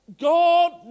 God